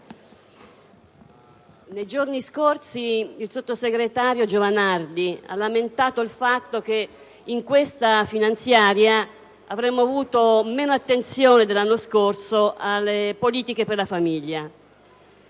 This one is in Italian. nei giorni scorsi il sottosegretario Giovanardi ha lamentato il fatto che in questa finanziaria avremmo avuto meno attenzione dell'anno scorso alle politiche per la famiglia.